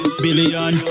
billion